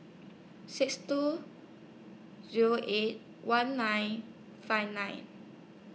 six two Zero eight one nine five nine